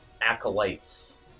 acolytes